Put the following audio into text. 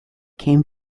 came